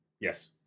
Yes